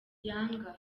yanga